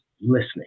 listening